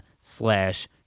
slash